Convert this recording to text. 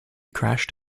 crashed